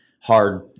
hard